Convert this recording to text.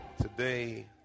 Today